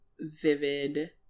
vivid